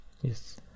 yes